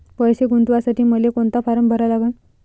पैसे गुंतवासाठी मले कोंता फारम भरा लागन?